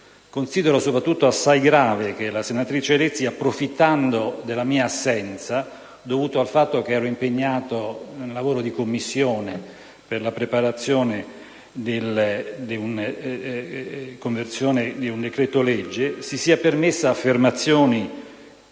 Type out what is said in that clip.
grave soprattutto che la senatrice Lezzi, approfittando della mia assenza dovuta al fatto che ero impegnato nel lavoro di Commissione per la preparazione della conversione di un decreto-legge, si sia permessa affermazioni